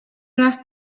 nach